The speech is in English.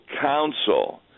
counsel